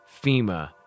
FEMA